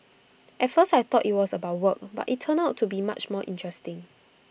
at first I thought IT was about work but IT turned out to be much more interesting